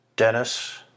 Dennis